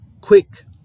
quick